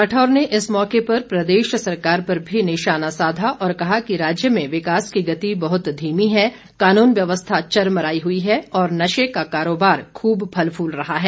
राठौर ने इस मौके पर प्रदेश सरकार पर भी निशाना साधा और कहा कि राज्य में विकास की गति बहुत धीमी है कानून व्यवस्था चरमराई हुई है और नशे का कारोबार खूब फल फूल रहा है